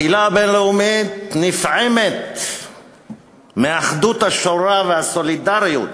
הקהילה הבין-לאומית נפעמת מאחדות השורה ומהסולידריות